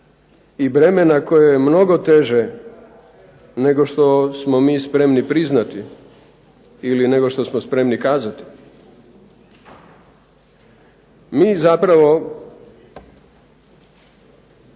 i bremena koje je mnogo teže nego što smo mi spremni priznati ili nego što smo spremni kazati. Mi zapravo